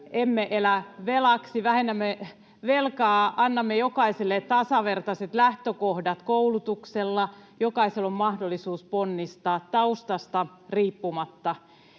Emme elä velaksi ja vähennämme velkaa. Annamme jokaiselle tasavertaiset lähtökohdat koulutuksella, niin että jokaisella on mahdollisuus ponnistaa taustasta riippumatta.